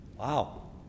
Wow